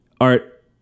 art